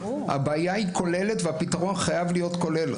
הבעיה היא כוללת והפתרון חייב להיות כולל.